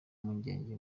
impungenge